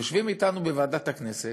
יושבים אתנו בוועדת הכנסת,